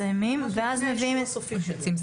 מסיימים ואז מביאים לאישור הסופי.